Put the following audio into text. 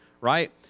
right